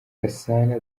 gasana